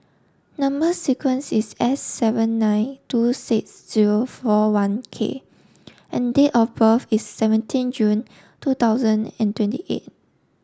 number sequence is S seven nine two six zero four one K and date of birth is seventeen June two thousand and twenty eight